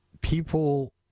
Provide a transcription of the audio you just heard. people